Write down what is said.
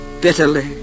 bitterly